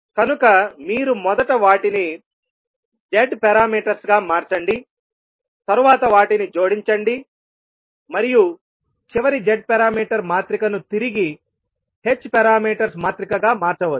కనుక మీరు మొదట వాటిని z పారామీటర్స్ గా మార్చండి తరువాత వాటిని జోడించండి మరియు చివరి z పారామీటర్ మాత్రిక ను తిరిగి h పారామీటర్స్ మాత్రిక గా మార్చవచ్చు